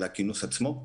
על הכינוס עצמו.